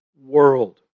world